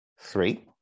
Three